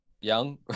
young